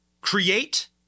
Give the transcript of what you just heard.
create